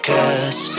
Cause